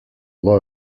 low